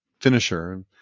finisher